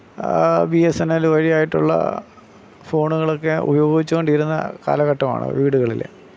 B S N L വഴിയായിട്ടുള്ള ഫോണുകൾ ഒക്കെ ഉപയോഗിച്ചുകൊണ്ടിരുന്ന കാലഘട്ടമാണ് വീടുകളിൽ